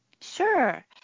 Sure